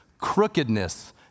crookedness